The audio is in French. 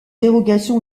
dérogation